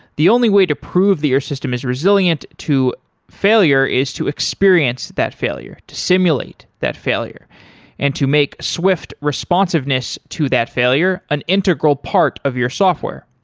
the only way to prove that your system is resilient to failure is to experience that failure, to simulate that failure and to make swift responsiveness to that failure an integral part of your software.